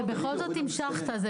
ובכל זאת המשכת.